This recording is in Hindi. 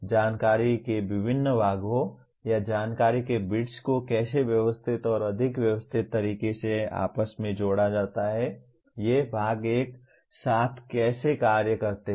जानकारी के विभिन्न भागों या जानकारी के बिट्स को कैसे व्यवस्थित और अधिक व्यवस्थित तरीके से आपस में जोड़ा जाता है ये भाग एक साथ कैसे कार्य करते हैं